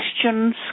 questions